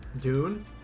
Dune